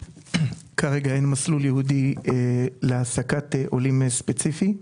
כרגע אין מסלול ייעודי להעסקת עולים באופן ספציפי,